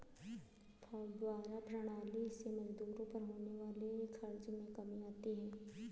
फौव्वारा प्रणाली से मजदूरों पर होने वाले खर्च में कमी आती है